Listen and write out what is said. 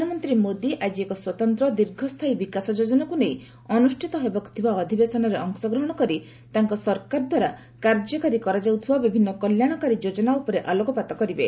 ପ୍ରଧାନମନ୍ତ୍ରୀ ମୋଦି ଆଜି ଏକ ସ୍ୱତନ୍ତ୍ର ଦୀର୍ଘସ୍ଥାୟୀ ବିକାଶ ଯୋଜନାକୁ ନେଇ ଅନୁଷ୍ଠିତ ହେବାକୁଥିବା ଅଧିବେଶନରେ ଅଂଶଗ୍ରହଣ କରି ତାଙ୍କ ସରକାର ଦ୍ୱାରା କାର୍ଯ୍ୟକାରୀ କରାଯାଉଥିବା ବିଭିନ୍ନ କଲ୍ୟାଣକାରୀ ଯୋଜନା ଉପରେ ଆଲୋକପାତ କରିବେ